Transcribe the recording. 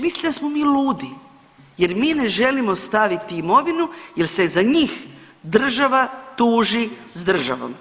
Misle da smo mi ludi jer mi ne želimo staviti imovinu jel se za njih država tuži s državom.